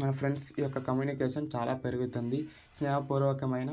మన ఫ్రెండ్స్ యొక్క కమ్యూనికేషన్ చాలా పెరుగుతుంది స్నేహ పూర్వకమైన